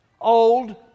Old